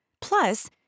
Plus